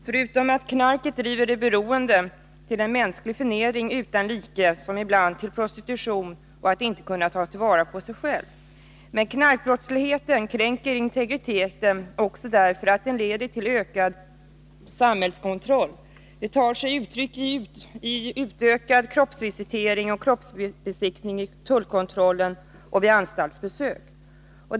Förutom att knarket driver de beroende till en mänsklig förnedring utan like, ibland till prostitution och till att inte kunna ta vara på sig själv, så kränker knarkbrottsligheten integriteten också därför att den leder till ökad samhällskontroll. Det tar sig uttryck i utökad kroppsvisitering och kroppsbesiktning vid tullkontroller och vid anstaltsbesök.